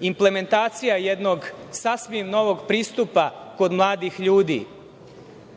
implementacija jednog sasvim novog pristupa kod mladih ljudi,